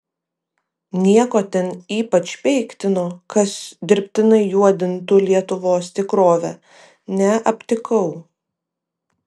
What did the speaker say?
nieko ten ypač peiktino kas dirbtinai juodintų lietuvos tikrovę neaptikau